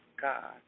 God